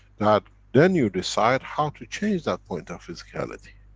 that then you decide how to change that point of physicality.